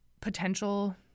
potential